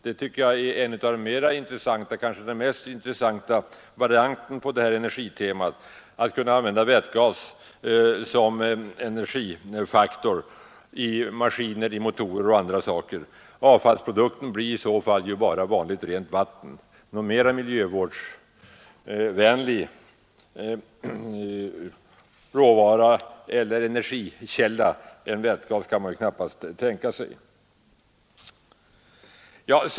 Det tycker jag är kanske den mest intressanta varianten på det här energitemat, att kunna använda vätgas som energifaktor i maskiner, motorer etc. Avfallsprodukten blir i så fall bara vanligt rent vatten. Någon mera miljövänlig råvara eller energikälla än vätgas kan man knappast tänka sig.